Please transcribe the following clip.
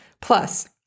Plus